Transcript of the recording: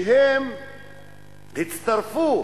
שהצטרפו